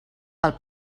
pel